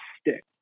stick